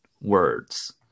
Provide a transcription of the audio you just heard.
words